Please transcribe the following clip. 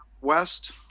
West